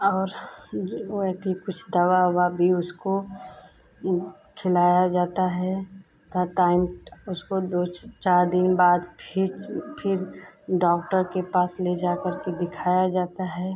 और कुछ दवा ओवा भी उसको खिलाया जाता है तथा टाइम उसको दो चार दिन बाद फिर फिर डॉक्टर के पास ले जाकर के दिखाया जाता है